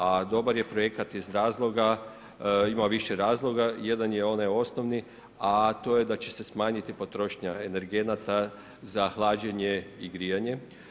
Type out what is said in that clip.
A dobar je projekat iz razloga, ima više razloga, jedan je onaj osnovni, a to je da će se smanjiti potrošnja energenata za hlađenje i grijanje.